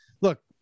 look